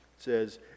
says